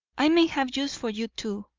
i may have use for you too.